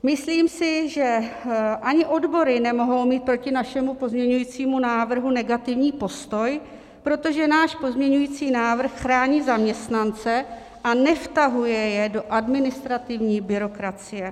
Myslím si, že ani odbory nemohou mít proti našemu pozměňovacímu návrhu negativní postoj, protože náš pozměňovací návrh chrání zaměstnance a nevtahuje je do administrativní byrokracie.